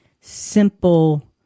Simple